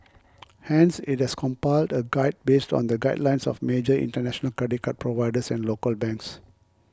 hence it has compiled a guide based on the guidelines of major international credit card providers and local banks